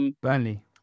Burnley